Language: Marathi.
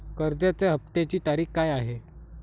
कर्जाचा हफ्त्याची तारीख काय आहे?